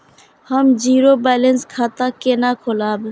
हम zero balance खाता केना खोलाब?